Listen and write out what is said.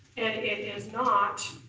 and and and not